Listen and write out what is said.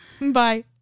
Bye